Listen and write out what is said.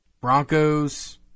Broncos